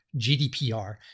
GDPR